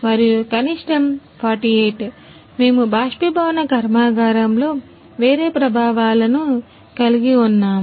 మరియు కనిష్టం 48 మేము బాష్పీభవన కర్మాగారంలో వేరే ప్రభావాలను కలిగి ఉన్నాము